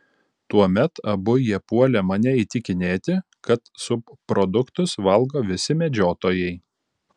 tuomet abu jie puolė mane įtikinėti kad subproduktus valgo visi medžiotojai